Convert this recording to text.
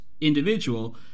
individual